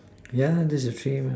yeah lah that's the tray mah